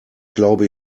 glaube